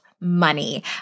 money